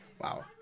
Wow